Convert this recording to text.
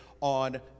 on